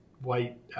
white